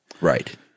Right